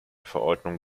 verordnung